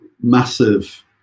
massive